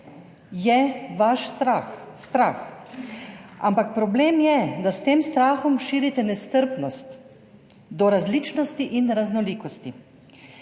je vaš strah. Strah, ampak problem je, da s tem strahom širite nestrpnost do različnosti in raznolikosti.